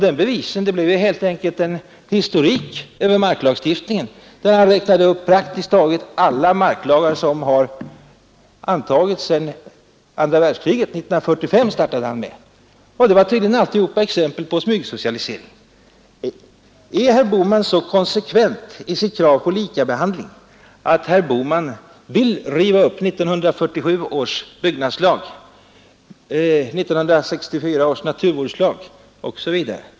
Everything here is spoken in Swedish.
De bevisen blev helt enkelt en historik över marklagstiftningen, där han räknade upp praktiskt taget alla marklagar som har antagits sedan andra världskriget. Han startade med 1945. Alla marklagar var tydligen exempel på smygsocialisering. Är herr Bohman så konsekvent i sitt krav på likabehandling att han vill riva upp 1947 års byggnadslag, 1964 års naturvårdslag, osv.?